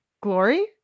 Glory